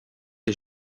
est